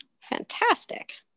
Fantastic